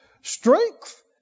strength